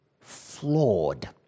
flawed